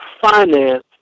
finance